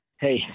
Hey